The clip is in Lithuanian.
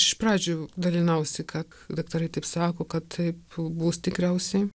iš pradžių dalinausi kad daktarai taip sako kad taip bus tikriausiai